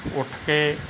ਉੱਠ ਕੇ